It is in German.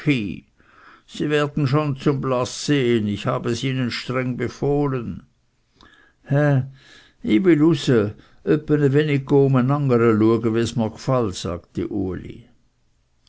sie werden schon zum blaß sehen ich habe es ihnen streng befohlen he ih will use öppe e wenig go umeangere luege wies mir gfall sagte uli